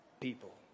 people